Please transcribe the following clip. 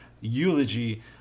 eulogy